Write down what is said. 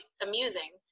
amusing